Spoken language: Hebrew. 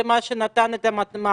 זה מה שנתן את המענה.